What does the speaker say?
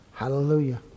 Hallelujah